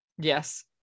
Yes